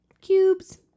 Cubes